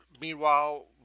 Meanwhile